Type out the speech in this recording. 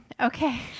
okay